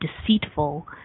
deceitful